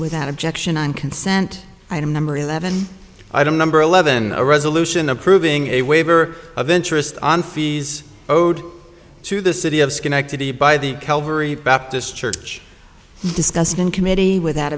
without objection on consent item number eleven i don't number eleven a resolution approving a waiver of interest on fees owed to the city of schenectady by the calvary baptist church discussed in committee without